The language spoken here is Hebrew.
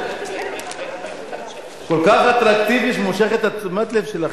הוא כל כך אטרקטיבי שהוא מושך את תשומת הלב שלכם?